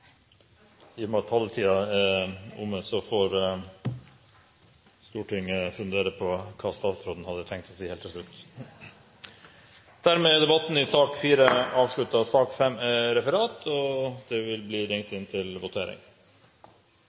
I og med at talertiden er omme, får Stortinget fundere på hva statsråden hadde tenkt å si helt til slutt. Dermed er debatten i sak nr. 4 avsluttet. Da går vi til votering. I sakene nr. 3 og 4 foreligger det